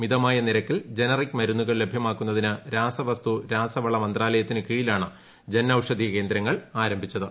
മിതമാ്യ നിരക്കിൽ ജനറിക് മരുന്നുകൾ ലഭ്യമാക്കുന്നതിന് രാസവസ്തു രാസവള മന്ത്രാലയത്തിനു കീഴിലാണ് ജൻഔഷധി കേന്ദ്രങ്ങൾ ആരംഭിച്ചത്